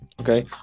Okay